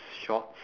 shorts